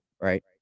right